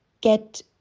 get